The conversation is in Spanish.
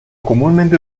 comúnmente